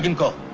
go